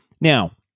Now